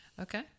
Okay